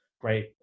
great